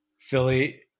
Philly